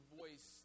voice